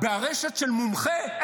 בארשת של מומחה.